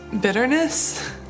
bitterness